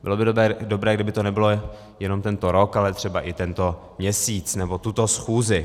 Bylo by dobré, kdyby to nebylo jenom tento rok, ale třeba i tento měsíc nebo tuto schůzi.